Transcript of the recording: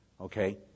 Okay